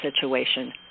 situation